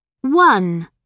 One